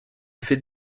faits